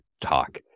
talk